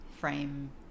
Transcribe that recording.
frame